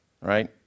right